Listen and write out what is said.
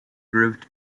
grouped